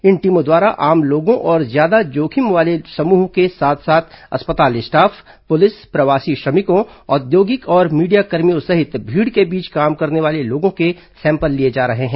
इन टीमों द्वारा आम लोगों और ज्यादा जोखिम वाले समूहों के साथ साथ अस्पताल स्टाफ पुलिस प्रवासी श्रमिकों औद्योगिक और मीडियाकर्मियों सहित भीड़ के बीच काम करने वाले लोगों के सैंपल लिए जा रहे हैं